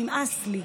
נמאס לי.